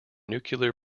nuclear